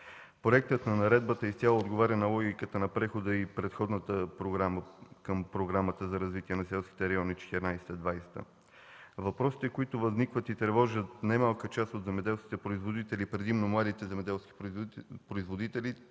Проектът на наредбата изцяло отговаря на логиката на прехода и предходната програма към Програмата за развитие на селските райони за 2014-2020 г. Въпросите, които възникват и тревожат немалка част от земеделските производители, предимно младите земеделски производители,